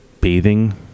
bathing